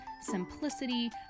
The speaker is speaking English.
simplicity